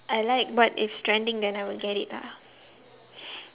I like what is trending then I will get it lah